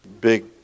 Big